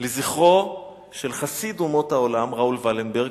לזכרו של חסיד אומות העולם ראול ולנברג,